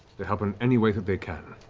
to help in any way that they can.